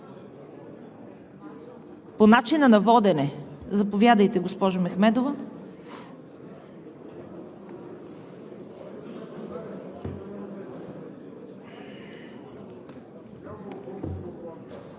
По начина на водене? Заповядайте, госпожо Мехмедова.